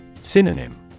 Synonym